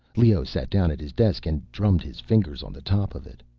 leoh sat down at his desk and drummed his fingers on the top of it.